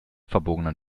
verbogenen